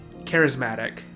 Charismatic